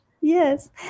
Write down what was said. yes